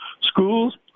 schools